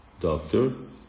Doctor